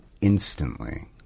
instantly